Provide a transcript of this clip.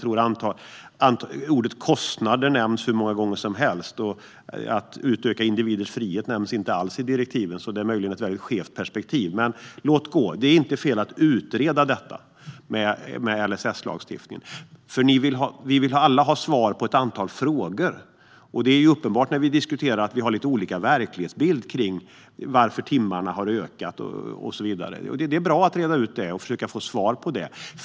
Ordet kostnader nämns hur många gånger som helst. Att utöka individers frihet nämns inte alls. Det ger ett väldigt skevt perspektiv, men låt gå. Det är inte fel att utreda LSS-lagstiftningen. Vi vill alla ha svar på ett antal frågor. Det är uppenbart att vi har lite olika verklighetsbild när det gäller varför timmarna har ökat och så vidare. Det är bra att utreda frågan och försöka att få svar på den.